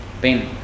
pain